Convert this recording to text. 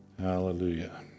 hallelujah